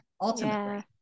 ultimately